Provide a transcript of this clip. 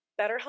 BetterHelp